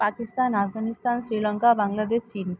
পাকিস্তান আফগানিস্তান শ্রীলঙ্কা বাংলাদেশ চিন